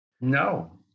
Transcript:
No